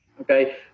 okay